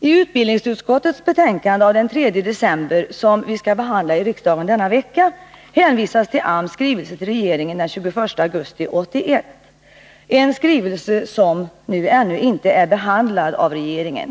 I utbildningsutskottets betänkande av den 3 december, som skall behandlas av riksdagen denna vecka, hänvisas till AMS skrivelse till regeringen den 21 augusti 1981, en skrivelse som ännu inte har behandlats av regeringen.